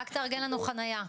רק תארגן לנו חנייה.